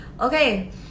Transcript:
Okay